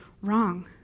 wrong